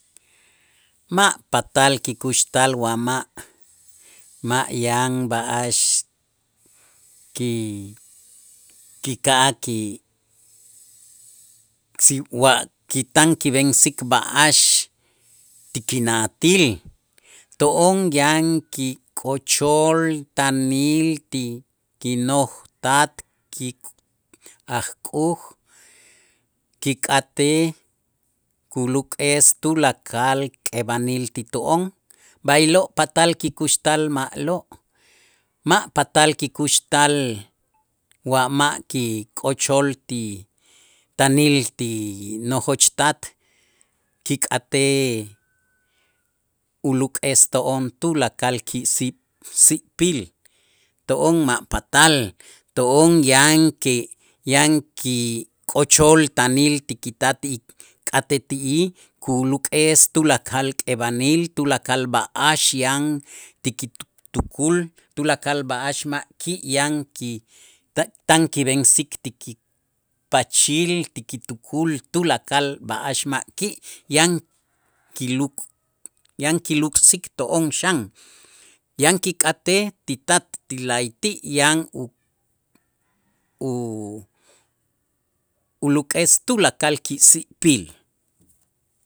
Ma' patal kikuxtal wa ma', ma' yan b'a'ax ki- kika'aj ki si wa ki tan kib'ensik b'a'ax ti kina'atil to'on yan kik'ochol taanil ti kinoj tat ajk'uj kik'atej kuluk'es tulakal k'eb'anil ti to'on, b'aylo' patal kikuxtal ma'lo' ma' patal kikuxtal wa ma' kik'ochol ti taanil ti nojoch tat kik'atej uluk'es to'on tulakal kiksip si'pil to'on ma' patal to'on, yan que yan kik'ochol taanil ti kitat y k'atej ti'ij kuluk'es tulakal k'eb'anil tulakal b'a'ax yan ti kitu tukul tulakal b'a'ax ma' ki' yan ki ta- tan kib'ensik ti kipachil ti kitukul tulakal b'a'ax ma' ki' yan kiluk' yan kiluk'sik to'on xan, yan kik'atej ti tat ti la'ayti' yan u- u- uluk'es tulakal kisi'pil.